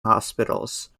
hospitals